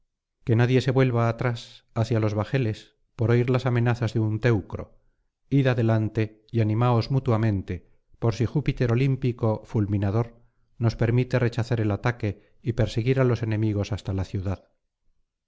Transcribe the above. que nadie se vuelva atrás hacia los bajeles poroir las amenazas de un teucro id adelante y animaos mutuamente por si júpiter olímpico fulminador nos permite rechazar el ataque y perseguir á los enemigos hasta la ciudad